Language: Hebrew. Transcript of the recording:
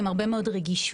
עם הרבה מאוד רגישויות.